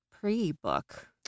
pre-book